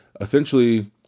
Essentially